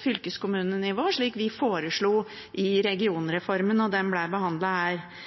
fylkeskommunenivå, slik vi foreslo i regionreformen da den ble behandlet her.